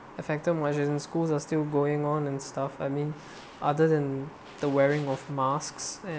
effective measures in schools are still going on and stuff I mean other than the wearing of masks